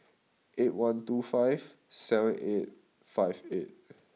eight one two five seven eight five eight